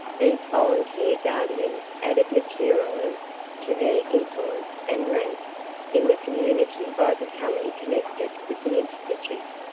these volunteer guardians added materially to their influence and rank in the community by becoming connected with the institute.